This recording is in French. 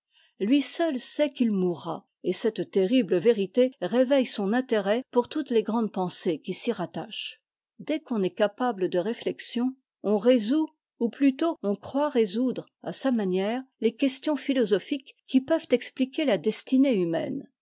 lui seul sait'qu'il mourra et cette terrible vérité réveitte son intérêt pour toutes les grandes pensées qui s'y rattachent dès qu'on est capable de réflexion on résout ou plutôt on croit résoudre à sa manière les questions philosophiques qui peuvent expliquer'la destinée humaine